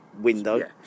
window